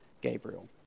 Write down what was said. Gabriel